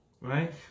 right